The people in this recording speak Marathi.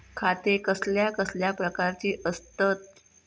खाते कसल्या कसल्या प्रकारची असतत?